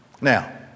now